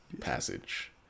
passage